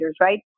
Right